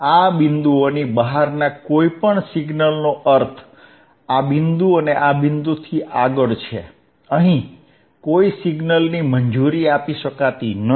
આ બિંદુઓની બહારના કોઈપણ સિગ્નલનો અર્થ આ બિંદુ અને આ બિંદુથી આગળ છે અહીં કોઈ સિગ્નલની મંજૂરી આપી શકાતી નથી